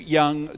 young